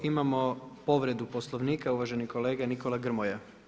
Imamo povredu Poslovnika uvaženi kolega Nikola Grmoja.